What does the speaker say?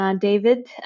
David